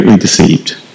deceived